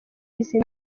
izi